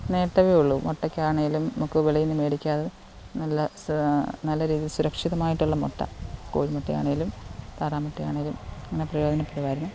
നേട്ടമേ ഉളളൂ മുട്ടയ്ക്കാണെങ്കിലും നമുക്ക് വെളിയിൽ നിന്നും മേടിക്കാതെ നല്ല സ് നല്ല രീതിയിൽ സുരക്ഷിതമായിട്ടുള്ള മുട്ട കോഴിമുട്ടയാണെങ്കിലും താറാമുട്ടയാണെങ്കിലും അങ്ങനെ പ്രയോജനപ്പെടുമായിരുന്നു